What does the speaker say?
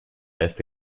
este